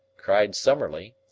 cried summerlee.